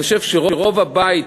אני חושב שרוב הבית,